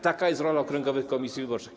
Taka jest rola okręgowych komisji wyborczych.